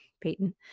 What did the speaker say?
Peyton